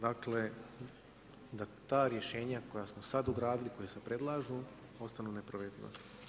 Dakle, da ta rješenja koja smo sad ugradili, koja se predlažu ostanu neprovediva.